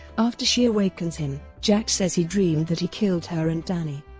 after she awakens him, jack says he dreamed that he killed her and danny.